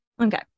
okay